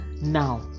now